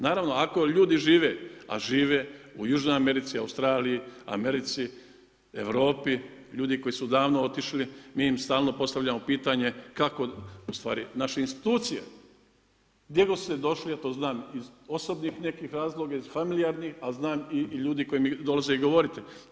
Naravno ako ljudi žive, a žive u Južnoj Americi, Australiji, Americi, Europi ljudi koji su davno otišli mi im stalno postavljamo pitanje kako, ustvari naše institucije gdje god ste došli a to znam iz osobnih nekih razloga, iz familijarnih, ali znam i ljudi koji mi dolaze i govoriti.